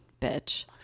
bitch